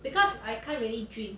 because I can't really drink